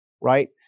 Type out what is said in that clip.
right